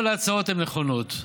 כל ההצעות הן נכונות.